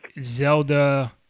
Zelda